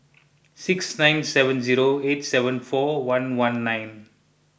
six nine seven zero eight seven four one one nine